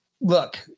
Look